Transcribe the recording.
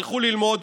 הלכו ללמוד,